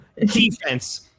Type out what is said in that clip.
defense